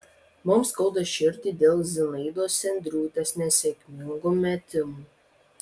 mums skauda širdį dėl zinaidos sendriūtės nesėkmingų metimų